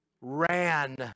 Ran